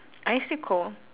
are you still cold